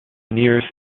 nearest